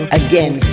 again